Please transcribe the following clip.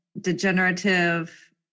degenerative